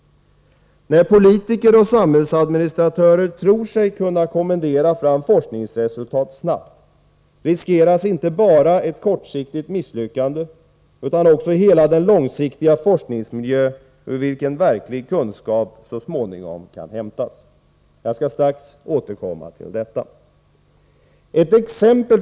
När politiker och samhällsadministratörer tror sig kunna kommendera fram forskningsresultat snabbt riskeras inte bara ett kortsiktigt misslyckande utan också hela den långsiktiga forskningsmiljö ur vilken verklig kunskap så småningom kan hämtas. Jag skall strax återkomma till detta. Fru talman!